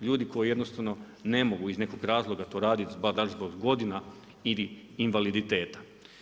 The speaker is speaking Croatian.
Ljudi koji jednostavno ne mogu iz nekog razloga to raditi baš zbog godina ili invaliditeta.